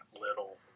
little